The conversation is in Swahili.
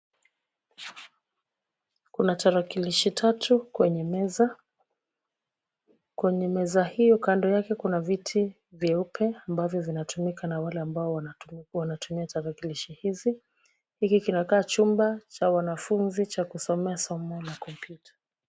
Kuna tarakilishi tatu kwenye meza. Kwenye meza hiyo kando yake kuna viti vyeupe ambavyo vinatumika na wale ambao wanatumia tarakilishi hizi. Hiki kinakaa chumba cha wanafunzi cha kusomea somo la kompyuta.